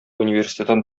университетын